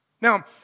Now